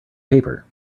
paper